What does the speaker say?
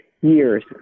years